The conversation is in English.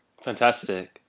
Fantastic